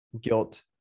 guilt